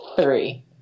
three